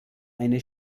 eine